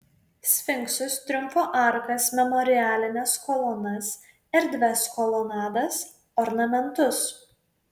sfinksus triumfo arkas memorialines kolonas erdvias kolonadas ornamentus